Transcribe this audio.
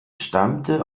stammte